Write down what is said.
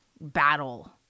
battle